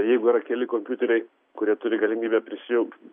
jeigu yra keli kompiuteriai kurie turi galimybę prisijungt